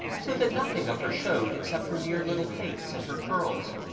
so that nothing of her showed except her dear little face and her curls.